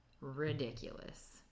Ridiculous